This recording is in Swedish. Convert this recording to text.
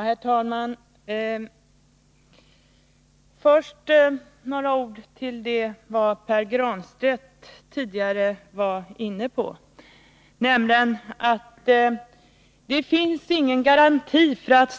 Herr talman! Först några ord med anledning av det Pär Granstedt var inne på, nämligen att det inte finns någon garanti för att